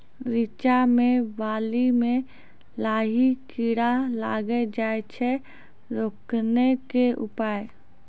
रिचा मे बाली मैं लाही कीड़ा लागी जाए छै रोकने के उपाय?